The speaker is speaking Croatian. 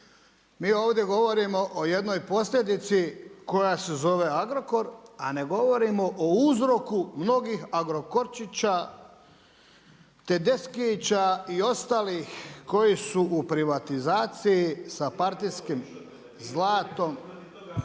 Mi ovdje govorimo o jednoj posljedici koja se zove Agrokor a ne govorimo o uzroku mnogih agrokorčića, tedeskića i ostalih koji su u privatizaciji sa partijskim zlatom